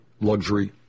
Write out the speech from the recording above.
luxury